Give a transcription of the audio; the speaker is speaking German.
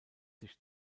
sich